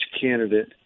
candidate